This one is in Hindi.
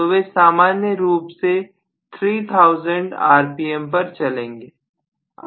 तो वे सामान्य रूप से 3000 आरपीएम पर चलेंगे